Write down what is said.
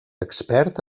expert